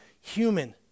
human